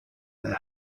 their